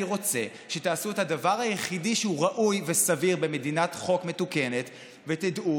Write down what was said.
אני רוצה שתעשו את הדבר היחידי שהוא ראוי וסביר במדינת חוק מתוקנת ותדעו